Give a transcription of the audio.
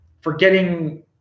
forgetting